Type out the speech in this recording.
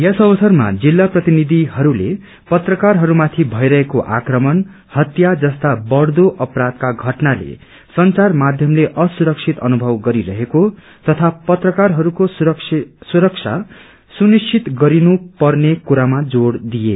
यस अवसरमा जिल्ला प्रतिनिधिहरूले प्रत्रकारहरूमाथि भइरहेको आक्रमण इत्या इस्ता बढ्दो अपराथका घटनाले संचार माध्यमते अप्तरक्षित अनुभव गरिरहेको तथा पत्रदारहरूको सुरक्षा सुनिश्वित गरिनु पर्ने कुरामा जोड़ दिए